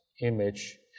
image